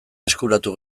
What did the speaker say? eskuratu